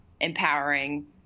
empowering